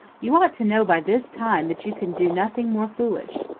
you ought to know by this time that you can do nothing more foolish.